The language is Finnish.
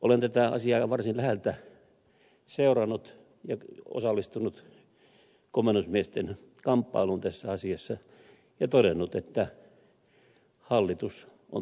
olen tätä asiaa varsin läheltä seurannut osallistunut komennusmiesten kamppailuun tässä asiassa ja todennut että niin hallitus on